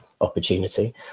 opportunity